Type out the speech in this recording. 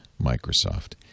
Microsoft